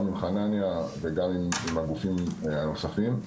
גם עם חנניה וגם עם הגופים הנוספים,